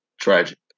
Tragic